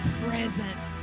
presence